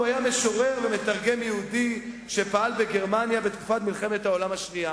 הוא היה משורר ומתרגם יהודי שפעל בגרמניה בתקופת מלחמת העולם השנייה.